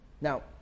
Now